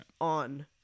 on